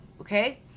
okay